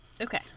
Okay